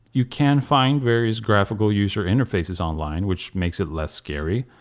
you can find various graphical user interfaces online which makes it less scary,